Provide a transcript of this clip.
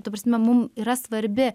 ta prasme mums yra svarbi